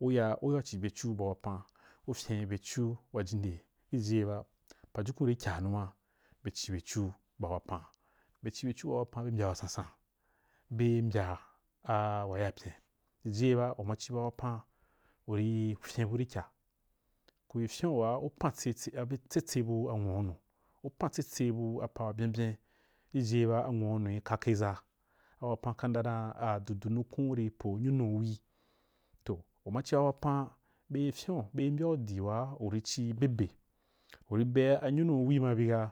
u ya u ya ci byeu ba wapan, u ya u ua ci byecu ba wapan u fyen byecu wajinderi i jiji ge ba pajukun rikya numa be ci byecu ba wapan, be ci byecu ba wapan be mbya wasan san be mbya a a wa yapyan jiji ge ba u ma ci ba wapan u n fyenbu rikya kuri fyen waa u pantse, tsetse bu a nwu wa wunu u pantsetse bu apa wa byenbyen jeji a ge ba a nwu wa wunu n kake ʒah, a wapan kandah dan adudu nnu kun ri po nyunu u yi uma ci ba wapan be fyerui be mbyandi waa u ri ci bebe u ri be ayunu ma bia.